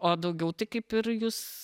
o daugiau tai kaip ir jūs